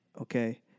Okay